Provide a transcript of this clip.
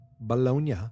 Bologna